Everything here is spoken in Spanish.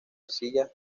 arcilla